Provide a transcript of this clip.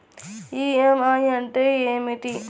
EMI అంటే ఏమిటి?